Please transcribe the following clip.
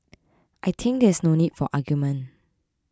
I think that there is no need for argument